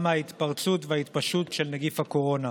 מההתפרצות וההתפשטות של נגיף הקורונה.